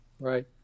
Right